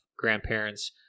grandparents